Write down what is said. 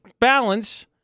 balance